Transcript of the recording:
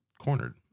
cornered